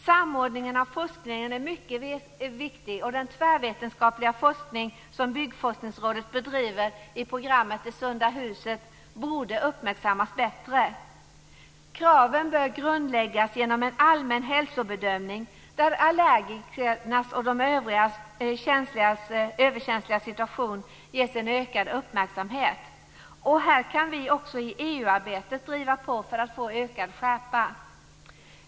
Samordningen av forskningen är mycket viktig, och den tvärvetenskapliga forskning som Byggforskningsrådet bedriver i programmet "Det sunda huset" borde uppmärksammas bättre. Kraven bör grundläggas genom en allmän hälsobedömning där allergikernas och de överkänsligas situation ges ökad uppmärksamhet. Här kan vi också i EU-arbetet driva på för att få ökad skärpa.